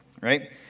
right